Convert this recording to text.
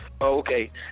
okay